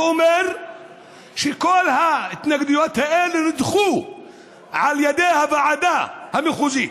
ואומר שכל ההתנגדויות האלה נדחו על ידי הוועדה המחוזית.